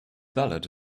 ballad